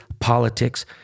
politics